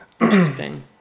interesting